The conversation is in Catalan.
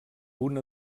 punt